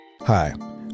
Hi